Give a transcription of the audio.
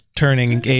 Turning